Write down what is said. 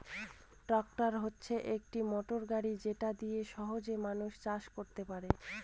tractor হচ্ছে একটি motor গাড়ি যেটা দিয়ে সহজে মানুষ চাষ করতে পারে